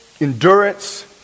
endurance